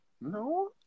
No